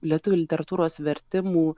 lietuvių literatūros vertimų